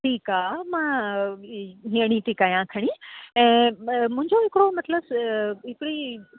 ठीकु आहे मां नियणी ति कयां खणी ऐं ब मुंहिंजो हिकिड़ो मतिलबु हिकिड़ी